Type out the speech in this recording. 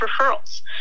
referrals